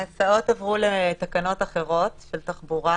ההצעות עברו לתקנות אחרות של תחבורה.